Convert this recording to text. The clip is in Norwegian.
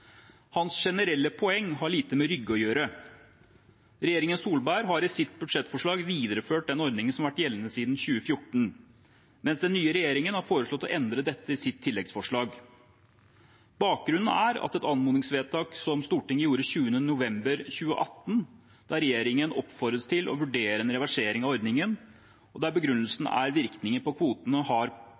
Hans generelle poeng har lite med Rygge å gjøre. Regjeringen Solberg har i sitt budsjettforslag videreført den ordningen som har vært gjeldende siden 2014, mens den nye regjeringen har foreslått å endre dette i sitt tilleggsforslag. Bakgrunnen er et anmodningsvedtak Stortinget gjorde 20. november 2018, der regjeringen oppfordres til å vurdere en reversering av ordningen, og der begrunnelsen er virkningen kvoten har på